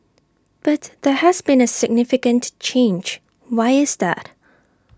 but there has been A significant change why is that